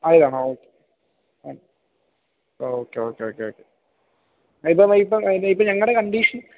ആയതാണോ okay oh okay okay okay okay ഇപ്പം ഇപ്പം ഞങ്ങളുടെ കണ്ടീഷൻ